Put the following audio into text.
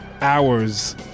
hours